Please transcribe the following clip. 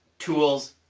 tools,